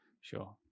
Sure